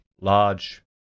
large